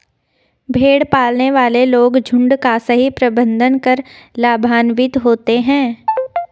भेड़ पालने वाले लोग झुंड का सही प्रबंधन कर लाभान्वित होते हैं